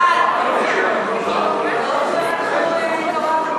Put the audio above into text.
אדוני היושב-ראש, רבותי השרים, חברי חברי